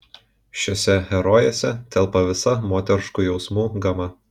šiose herojėse telpa visa moteriškų jausmų gama